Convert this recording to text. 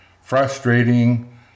frustrating